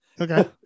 Okay